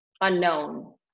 unknown